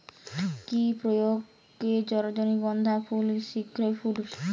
কি প্রয়োগে রজনীগন্ধা ফুল শিঘ্র ফুটবে?